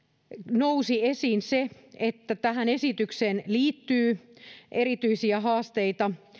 nousi esiin se että tähän esitykseen liittyy erityisiä haasteita